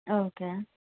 okay